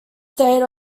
stayed